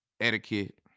etiquette